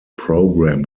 program